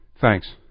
Thanks